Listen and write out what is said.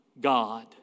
God